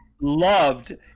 loved